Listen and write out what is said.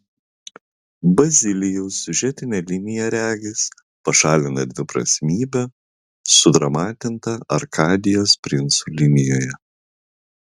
bazilijaus siužetinė linija regis pašalina dviprasmybę sudramatintą arkadijos princų linijoje